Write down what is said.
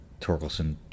Torkelson